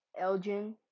Elgin